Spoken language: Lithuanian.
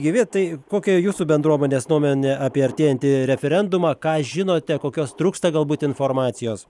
gyvi tai kokia jūsų bendruomenės nuomonė apie artėjantį referendumą ką žinote kokios trūksta galbūt informacijos